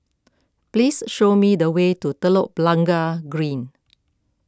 please show me the way to Telok Blangah Green